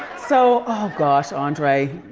so, oh gosh andre.